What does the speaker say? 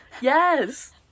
Yes